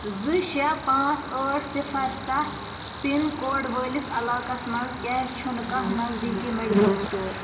زٕ شےٚ پانٛژھ ٲٹھ صِفَر سَتھ پِن کوڈ وٲلِس علاقس منٛز کیازِ چھُنہٕ کانٛہہ نزدیٖکی میڈیکل سٹور